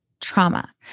trauma